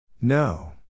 No